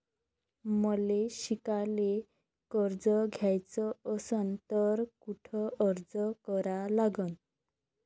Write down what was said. मले शिकायले कर्ज घ्याच असन तर कुठ अर्ज करा लागन?